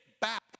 back